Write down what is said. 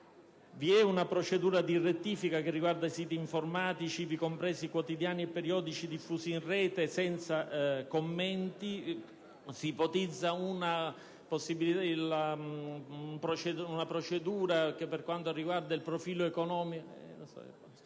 è una procedura di rettifica che riguarda i siti informatici, ivi compresi quotidiani e periodici diffusi in rete senza commenti. Si ipotizza una procedura che per quanto riguarda il profilo economico...